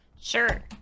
sure